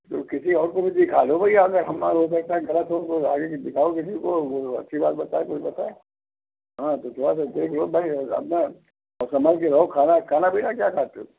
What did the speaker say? तो किसी और को भी दिखा लो भैया अगर हम हो सकता है ग़लत हो तो आगे फिर दिखाओगे नहीं किसी को वो अच्छी बात बताए कोई बताए वो बताए हाँ दिखवा लो देख लो भाई अपना और संभल के रहो और खाना खाना पीना क्या खाते हो